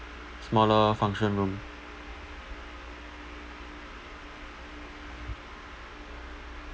smaller function room